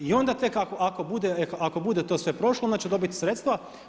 I onda tek ako bude to sve prošlo, onda će dobit sredstva.